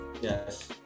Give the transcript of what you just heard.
Yes